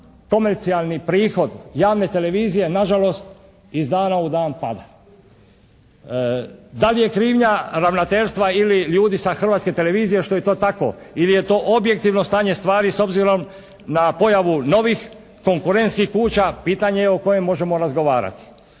komercijalni prihod javne televizije nažalost iz dana u dan pada. Da li je krivnja ravnateljstva ili ljudi sa Hrvatske televizije što je to tako ili je to objektivno stanje stvari s obzirom na pojavu novih konkurentskih kuća, pitanje o kojemu možemo razgovarati.